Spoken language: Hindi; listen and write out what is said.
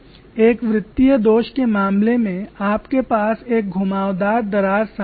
एक वृत्तीय दोष के मामले में आपके पास एक घुमावदार दरार सामने है